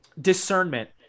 discernment